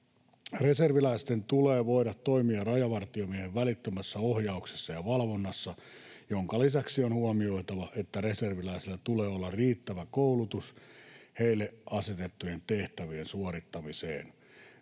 Reserviläisten tulee voida toimia rajavartiomiehen välittömässä ohjauksessa ja valvonnassa, minkä lisäksi on huomioitava, että reserviläisillä tulee olla riittävä koulutus heille asetettujen tehtävien suorittamiseen.